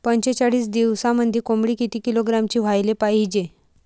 पंचेचाळीस दिवसामंदी कोंबडी किती किलोग्रॅमची व्हायले पाहीजे?